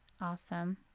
Awesome